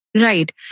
Right